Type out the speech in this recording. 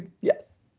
yes